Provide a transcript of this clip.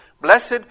Blessed